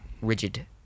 rigid